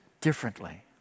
differently